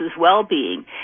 well-being